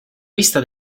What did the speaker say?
vista